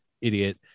idiot